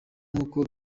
nkuko